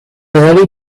early